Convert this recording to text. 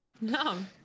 No